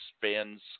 fans